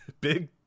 Big